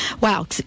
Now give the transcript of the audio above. Wow